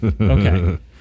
Okay